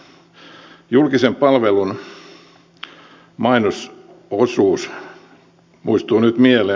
julkisen palvelun mainososuus muistuu nyt mieleen